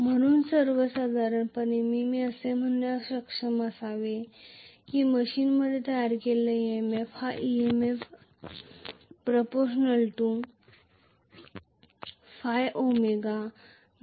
म्हणून सर्वसाधारणपणे मी असे म्हणण्यास सक्षम असावे की मशीनमध्ये तयार केलेला EMF emf ∝ ϕ